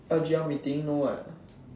G_L meeting no what